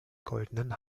goldenen